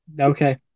Okay